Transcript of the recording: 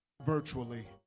virtually